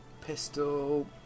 pistol